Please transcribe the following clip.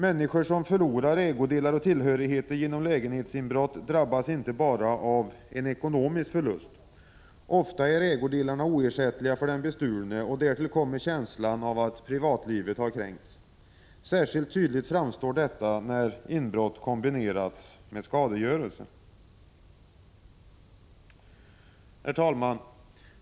Människor som förlorar ägodelar och tillhörigheter genom lägenhetsinbrott drabbas inte bara av en ekonomisk förlust. Ofta är ägodelarna oersättliga för den bestulne. Därtill kommer känslan av att privatlivet har kränkts. Särskilt tydligt framstår detta när inbrott kombinerats med skadegörelse. Herr talman!